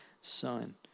son